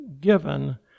given